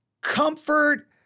comfort